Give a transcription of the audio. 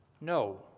No